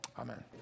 amen